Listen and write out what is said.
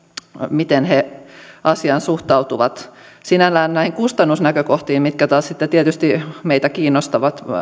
miten ne asiaan suhtautuvat sinällään näihin kustannusnäkökohtiin liittyen mitkä taas sitten tietysti meitä kiinnostavat